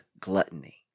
gluttony